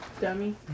Dummy